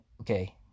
Okay